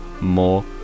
more